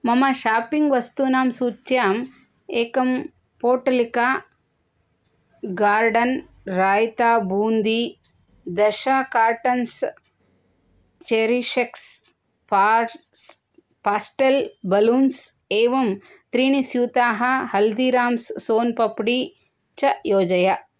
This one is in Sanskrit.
मम शापिङ्ग् वस्तूनां सूच्याम् एका पोटलिका गार्डन् राय्ता बून्दी दश कार्टन्स् चेरिशेक्स् पर्स् पास्टेल् बलून्स् एवं त्रयः स्यूताः हल्दिराम्स् सोन् पप्डी च योजय